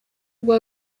ubwo